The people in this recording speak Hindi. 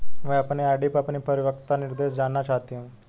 मैं अपनी आर.डी पर अपना परिपक्वता निर्देश जानना चाहती हूँ